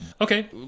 Okay